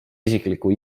isikliku